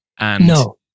No